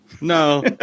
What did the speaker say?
No